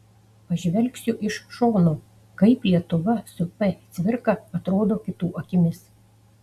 pažvelgsiu iš šono kaip lietuva su p cvirka atrodo kitų akimis